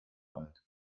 alt